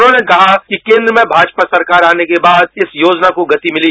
उन्होंने कहा कि केन्द्र में भाजपा सरकार आने के बाद इस योजना को गति मिली